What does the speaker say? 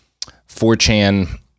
4chan